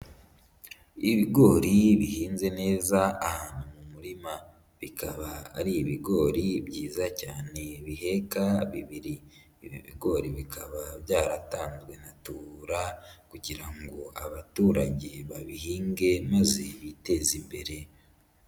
Ibigori bihinze neza ahantu mu murima, bikaba ari ibigori byiza cyane biheka bibiri, ibigori bikaba byaratanzwe na Tubura kugira ngo abaturage babihinge maze biteze imbere.